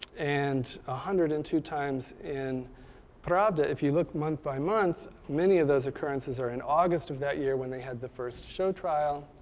and one ah hundred and two times in pravda. if you look month-by-month, many of those occurrences are in august of that year when they had the first show trial.